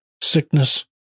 sickness